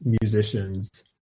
musicians